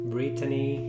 Brittany